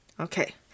Okay